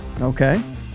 Okay